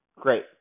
great